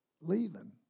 leaving